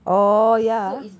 oh ya ah